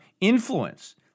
influence